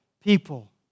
people